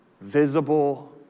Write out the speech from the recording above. visible